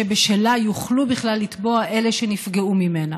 שבשלה יוכלו בכלל לתבוע אלה שנפגעו ממנה.